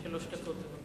שלוש דקות.